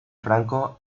franco